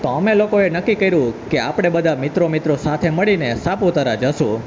તો અમે લોકોએ નક્કી કર્યુ કે આપણે બધા મિત્રો મિત્રો સાથે મળીને સાપુતારા જઈશું